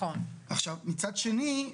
מצד שני,